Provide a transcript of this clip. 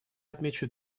отмечу